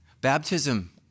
Baptism